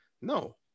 No